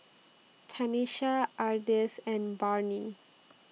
Tanesha Ardith and Barnie